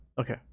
okay